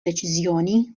deċiżjoni